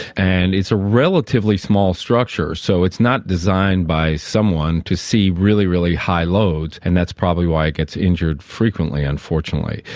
and it's a relatively small structure, so it's not designed by someone to see really, really high loads, and that's probably why it gets injured frequently, unfortunately.